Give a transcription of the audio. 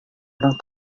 orang